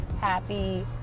happy